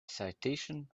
citation